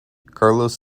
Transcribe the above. carlos